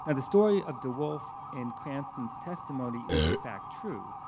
ah the story of de woolf and cranston's testimony is in fact true.